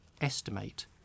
estimate